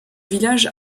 village